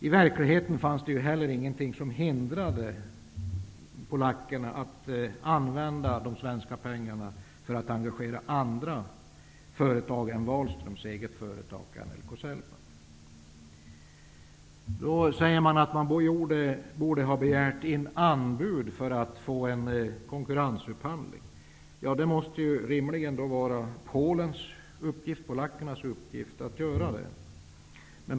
I verkligheten fanns det inte heller något som hindrade polackerna från att använda de svenska pengarna till att engagera andra företag än Det sägs att man borde ha begärt in anbud för att få en konkurrensupphandling. Det måste rimligen ha varit polackernas uppgift att göra det.